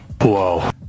Whoa